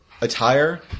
attire